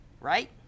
right